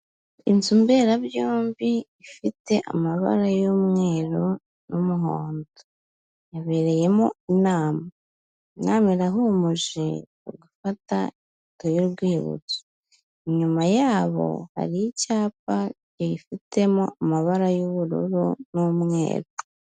Inzu mberabyombi ifite amabara y'umweru n'umuhondo, yabereyemo inama, inama irahumuje, bari gufata ifoto y'urwibutso, inyuma yabo hari icyapa kifitemo amabara y'ubururu n'umweru.